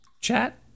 Chat